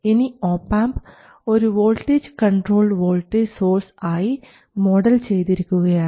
ഇനി ഒപാംപ് ഒരു voltage controlled voltage source ആയി മോഡൽ ചെയ്തിരിക്കുകയാണ്